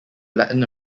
latin